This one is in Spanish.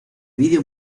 vídeo